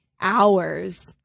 hours